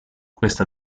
questa